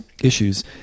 issues